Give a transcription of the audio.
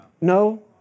No